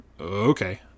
okay